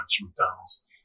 McDonald's